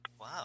Wow